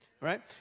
right